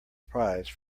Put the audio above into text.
prize